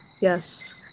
yes